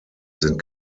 sind